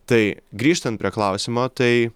tai grįžtant prie klausimo tai